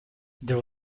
there